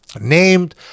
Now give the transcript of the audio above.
named